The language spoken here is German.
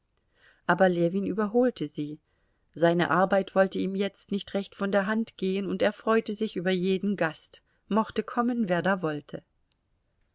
aber ljewin überholte sie seine arbeit wollte ihm jetzt nicht recht von der hand gehen und er freute sich über jeden gast mochte kommen wer da wollte